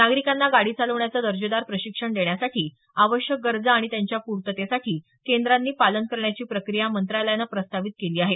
नागरिकांना गाडी चालवण्याचं दर्जेदार प्रशिक्षण देण्यासाठी आवश्यक गरजा आणि त्यांच्या पूर्ततेसाठी केंद्रांनी पालन करण्याची प्रक्रिया मंत्रालयानं प्रस्तावित केली आहे